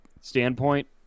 standpoint